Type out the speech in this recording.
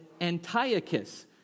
Antiochus